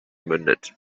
mündet